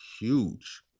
huge